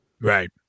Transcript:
Right